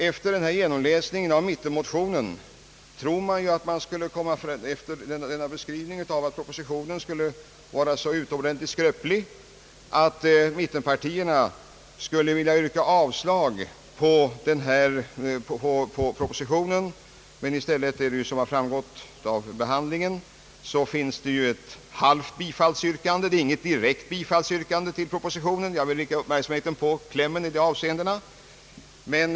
Efter denna genomläsning av mittenmotionens beskrivning av propositionens skröplighet väntar man sig att mittenpartierna skulle ha yrkat avslag på regeringsförslaget, men såsom har framgått av behandlingen finns det i mittenmotionen ett halvt bifallsyrkande. Det är inte frågan om något direkt yrkande om bifall till propositionen. Jag vill rikta uppmärksamheten på klämmen i reservanternas yrkande i detta avseende.